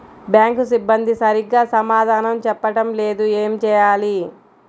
Bank సిబ్బంది సరిగ్గా సమాధానం చెప్పటం లేదు ఏం చెయ్యాలి?